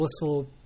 blissful